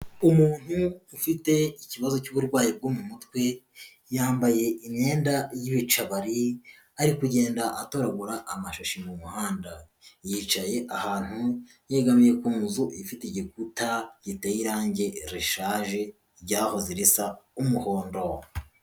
Umuntu ufite ikibazo cy'uburwayi bwo mu mutwe, yambaye imyenda y'ibicabari ari kugenda atoragura amashashi mu muhanda, yicaye ahantu yegamiye ku nzu ifite igikuta giteye irangi rishaje ryahoze risa umuhondo.